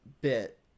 bit